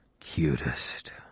cutest